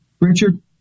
Richard